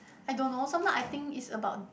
I don't know sometimes I think is about